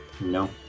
No